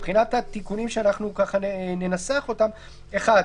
מבחינת התיקונים שאנחנו ננסח: 1)